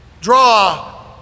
draw